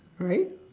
right